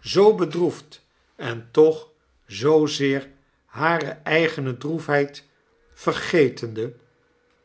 zoo bedroefd en toch zoozeer hare eigene droefheid vergetende